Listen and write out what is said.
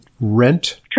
rent